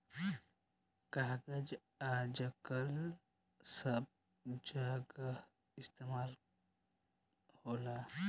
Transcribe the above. कागज आजकल सब जगह इस्तमाल होता